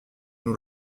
nous